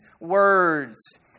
words